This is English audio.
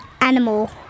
animal